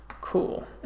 Cool